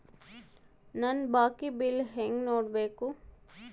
ನನ್ನ ಬಾಕಿ ಬಿಲ್ ಹೆಂಗ ನೋಡ್ಬೇಕು?